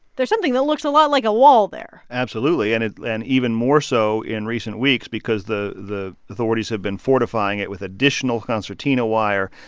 there's something that looks a lot like a wall there absolutely. and and even more so in recent weeks because the the authorities have been fortifying it with additional concertina wire.